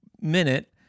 minute